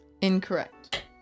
Incorrect